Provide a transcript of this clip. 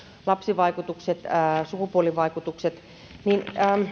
lapsivaikutukset sukupuolivaikutukset niin